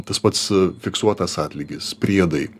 tas pats fiksuotas atlygis priedai